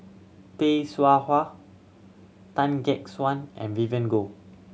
Tay Seow Huah Tan Gek Suan and Vivien Goh